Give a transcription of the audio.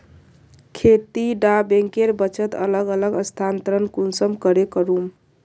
खेती डा बैंकेर बचत अलग अलग स्थानंतरण कुंसम करे करूम?